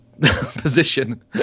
position